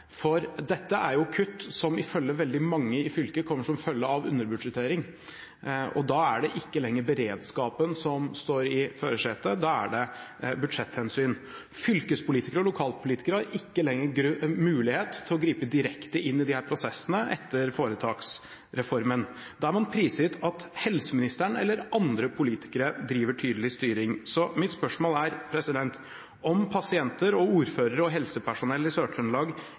for dette er jo kutt som ifølge veldig mange i fylket kommer som følge av underbudsjettering, og da er det ikke lenger beredskapen som står i førersetet, da er det budsjetthensyn. Fylkespolitikere og lokalpolitikere har ikke lenger mulighet til å gripe direkte inn i disse prosessene etter foretaksreformen. Da er man prisgitt at helseministeren eller andre politikere driver tydelig styring. Mitt spørsmål er: Om pasienter, ordførere og helsepersonell i